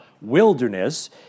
wilderness